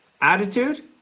Attitude